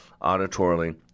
auditorily